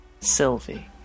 Sylvie